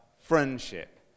friendship